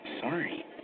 Sorry